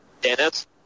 Dennis